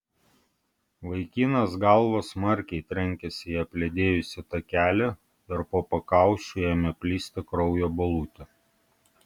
vaikinas galva smarkiai trenkėsi į apledėjusį takelį ir po pakaušiu ėmė plisti kraujo balutė